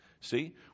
See